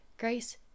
Grace